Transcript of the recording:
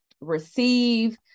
receive